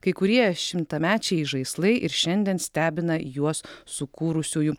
kai kurie šimtamečiai žaislai ir šiandien stebina juos sukūrusiųjų